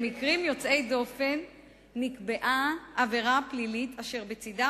למקרים יוצאי דופן נקבעה עבירה פלילית אשר בצדה